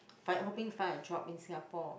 by hoping to find a job in Singapore